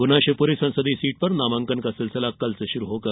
गुना शिवपुरी संसदीय सीट पर नामांकन का सिलसिला कल से शुरू होगा